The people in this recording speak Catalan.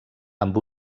amb